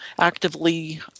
actively